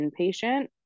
inpatient